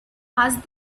asked